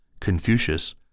Confucius